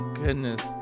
goodness